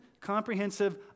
comprehensive